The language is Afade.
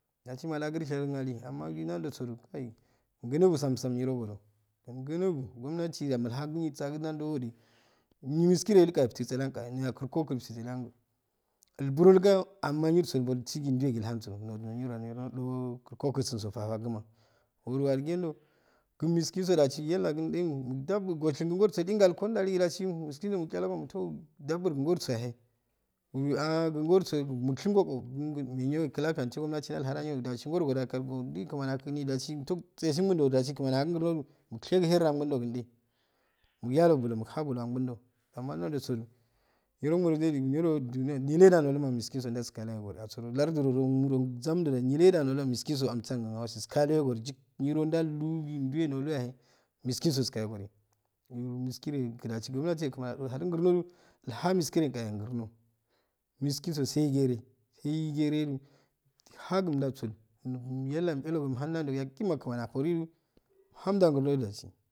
Jasi malagirshiharali amma ginan josujo kai gunnbu sasam niro goju gunubu gumnati ja muka gun nisagu nanjoju nil miskire yi inga iftu sileyanka nuyakurko ku ulboroga amma nurso bolsigi juwegil han so nojoniro niro nojokurkosun so faguma uru ajigenjo gn miskinso dasi yala gnje mogjago goburshingi gor sojan gaiko jo gi jali jasi un laski soju mu chala go mutowjauburu gursoyahe uru gi gorsomukshingo ko menyo clafiya sun gumnati te jalhajan inshingorojoyahe gal yoki kmani akugunijo jasi nute sasin gunojo jasi kamani ahakun gurnojo mushegi her angundokin eh muyajobulo muhabulo angunjo amma hanjo soju niroma gidi nelema noluma miskinso jas kayo kori asuro larjirmo zambo neleja miskinso amsirogn awasi iskaliyo korinjik niro jallugi juwe nalu yahe miskinso iskariyo gonu uru miskike yo gijasi juniyaso eh kmani aja lharun gurnoju ilha miskiri anka gurno miskinso sai gere sai kereju ha gumjaso nu yala hm chalogo umm hamdu gurno jasi.